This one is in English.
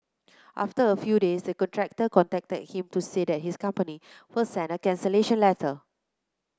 after a few days the contractor contacted him to say that his company will send a cancellation letter